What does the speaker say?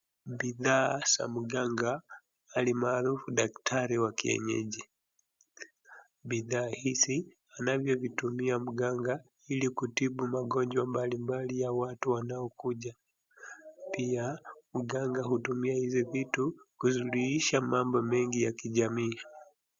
Bidhaa za mganga almaarufu daktari wa kienyeji. Bidhaa hizi anavyovitumia mganga ili kutibu magonjwa mbalimbali ya watu wanaokuja. Pia, mganga hutumia hizi vitu kusuluhisha mambo mengi ya jamii.